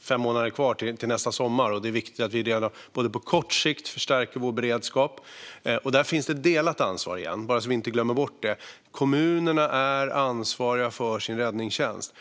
fem månader kvar till nästa sommar, och det är viktigt att vi på kort sikt förstärker vår beredskap. Där finns det ett delat ansvar, bara så att vi inte glömmer bort det. Kommunerna är ansvariga för sin räddningstjänst.